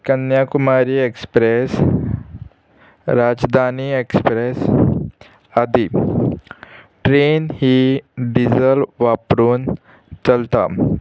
Kanyakumari express Rajdhani express आदी train ही diesel वापरून चलता